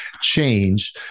change